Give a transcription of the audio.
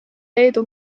leedu